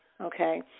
Okay